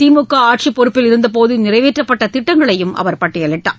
திமுக ஆட்சிப் பொறுப்பில் இருந்த போது நிறைவேற்றப்பட்ட திட்டங்களையும் அவர் பட்டியலிட்டார்